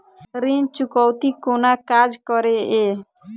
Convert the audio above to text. ऋण चुकौती कोना काज करे ये?